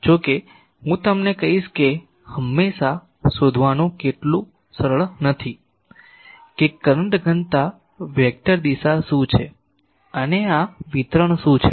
જો કે હું તમને કહીશ કે હંમેશાં શોધવાનું એટલું સરળ નથી કે કરંટ ઘનતા વેક્ટર દિશા શું છે અને આ વિતરણ શું છે